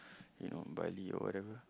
you know Bali or whatever